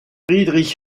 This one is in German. friedrich